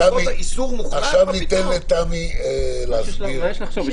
מה יש לחשוב?